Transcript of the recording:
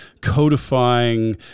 codifying